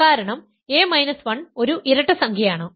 കാരണം a 1 ഒരു ഇരട്ട സംഖ്യയാണ്